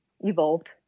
evolved